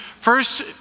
First